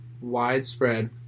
widespread